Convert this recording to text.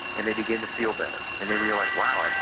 and they begin to feel better, and they realize wow,